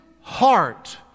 heart